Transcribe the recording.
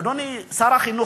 אדוני שר החינוך,